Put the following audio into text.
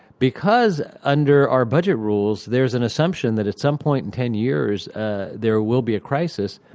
because under our budget rules there is an assumption that at some point in ten years ah there will be a crisis.